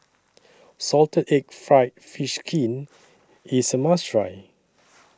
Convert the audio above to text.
Salted Egg Fried Fish Skin IS A must Try